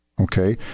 okay